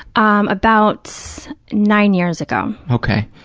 um about nine years ago. okay.